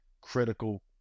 critical